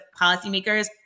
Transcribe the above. policymakers